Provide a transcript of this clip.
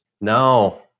No